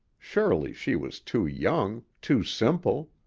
surely she was too young, too simple.